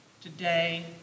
today